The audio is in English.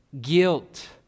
guilt